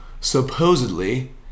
supposedly